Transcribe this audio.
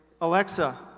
Alexa